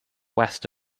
west